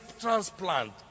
transplant